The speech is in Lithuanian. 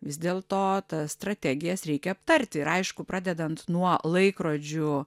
vis dėl to tas strategijas reikia aptarti ir aišku pradedant nuo laikrodžių